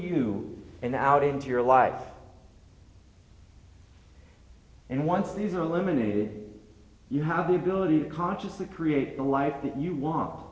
you and out into your life and once these are limited you have the ability to consciously create the life that you w